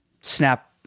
Snap